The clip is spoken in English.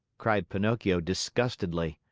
cried pinocchio disgustedly.